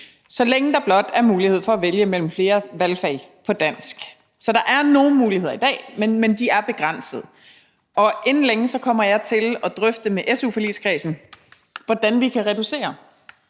så længe der blot er mulighed for at vælge mellem flere valgfag på dansk. Så der er nogle muligheder i dag, men de er begrænsede, og inden længe kommer jeg til at drøfte med su-forligskredsen, inklusive med spørgerens